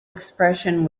expression